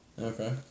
Okay